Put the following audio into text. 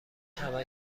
همش